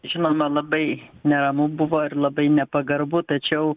žinoma labai neramu buvo ir labai nepagarbu tačiau